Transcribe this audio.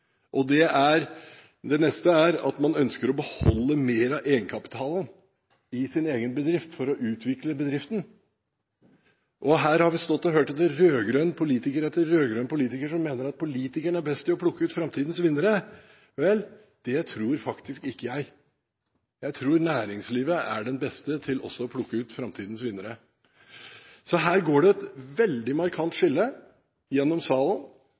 Det neste er at man ønsker å beholde mer av egenkapitalen i sin egen bedrift for å utvikle bedriften. Her har vi stått og hørt at rød-grønn politiker etter rød-grønn politiker mener at politikerne er best til å plukke ut framtidas vinnere. Vel, det tror faktisk ikke jeg. Jeg tror næringslivet er best til å plukke ut framtidas vinnere. Her går det et veldig markant skille gjennom salen